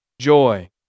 joy